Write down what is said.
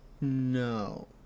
No